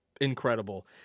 incredible